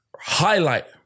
highlight